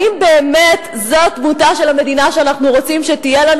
האם באמת זאת דמותה של המדינה שאנחנו רוצים שתהיה לנו?